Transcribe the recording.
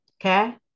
Okay